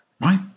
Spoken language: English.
Right